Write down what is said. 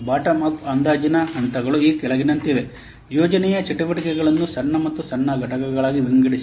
bottom up ಅಂದಾಜಿನ ಹಂತಗಳು ಈ ಕೆಳಕೆಳಕಂಡಂತಿವೆ ಯೋಜನೆಯ ಚಟುವಟಿಕೆಗಳನ್ನು ಸಣ್ಣ ಮತ್ತು ಸಣ್ಣ ಘಟಕಗಳಾಗಿ ವಿಭಜಿಸಿ